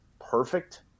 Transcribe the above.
perfect –